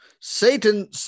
Satan